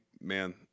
man